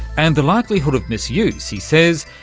and the likelihood of misuse, he says,